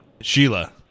Sheila